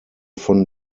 von